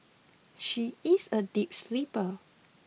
she is a deep sleeper